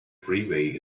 freeway